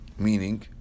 Meaning